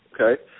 Okay